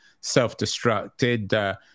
self-destructed